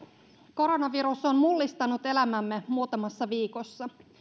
koronavirus on mullistanut elämämme muutamassa viikossa